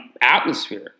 atmosphere